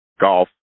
golf